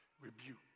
rebuke